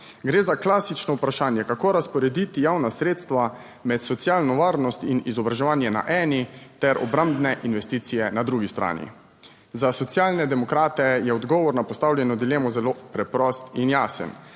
Gre za klasično vprašanje, kako razporediti javna sredstva med socialno varnost in izobraževanje na eni ter obrambne investicije na drugi strani. Za Socialne demokrate je odgovor na postavljeno dilemo zelo preprost in jasen.